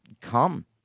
come